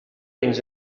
dins